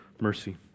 mercy